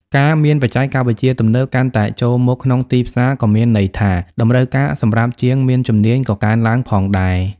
ការមានបច្ចេកវិទ្យាទំនើបកាន់តែចូលមកក្នុងទីផ្សារក៏មានន័យថា តម្រូវការសម្រាប់ជាងមានជំនាញក៏កើនឡើងផងដែរ។